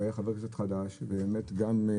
הוא היה חבר כנסת חדש וגם הרשים,